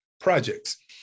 projects